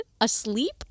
asleep